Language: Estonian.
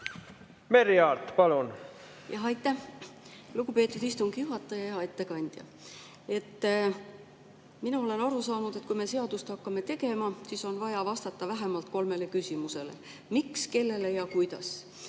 Merry Aart, palun! Aitäh, lugupeetud istungi juhataja! Hea ettekandja! Minul on arusaam, et kui me seadust hakkame tegema, siis on vaja vastata vähemalt kolmele küsimusele: miks, kellele ja kuidas.